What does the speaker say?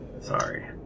Sorry